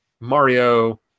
Mario